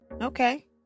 Okay